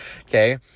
Okay